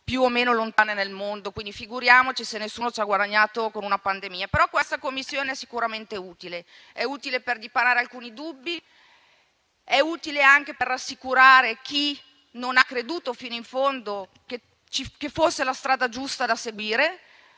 più o meno lontane nel mondo. Quindi figuriamoci se nessuno ha guadagnato con una pandemia. Però questa Commissione è sicuramente utile per dipanare alcuni dubbi e anche per rassicurare chi non ha creduto fino in fondo che fosse la strada giusta da seguire.